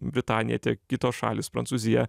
britanija tiek kitos šalys prancūzija